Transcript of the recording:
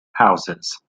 houses